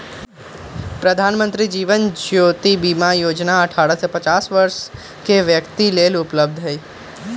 प्रधानमंत्री जीवन ज्योति बीमा जोजना अठारह से पचास वरस के व्यक्तिय लेल उपलब्ध हई